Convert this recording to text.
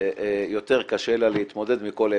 יותר קשה להתמודד מכל היבט,